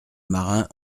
marins